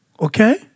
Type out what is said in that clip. Okay